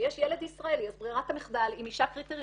כשיש ילד ישראלי אז ברירת המחדל אם אישה קריטריונית,